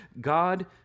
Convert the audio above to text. God